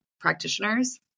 practitioners